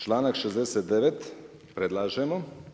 Članak 69. predlažemo.